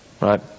Right